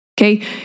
Okay